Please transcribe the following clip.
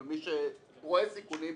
אבל מי שרואה סיכונים,